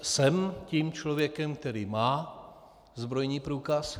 Jsem tím člověkem, který má zbrojní průkaz.